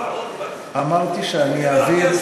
אמרתי שאני אעביר,